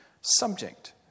subject